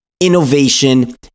innovation